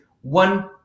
one